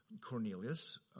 Cornelius